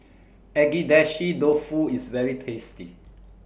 Agedashi Dofu IS very tasty